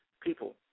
People